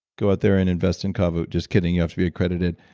go out there and invest in cavu. just kidding, you have to be accredited.